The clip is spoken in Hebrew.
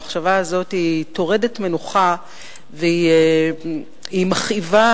המחשבה הזאת טורדת מנוחה והיא מכאיבה.